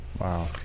Wow